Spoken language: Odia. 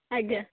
ଆଜ୍ଞା